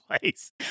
place